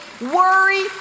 worry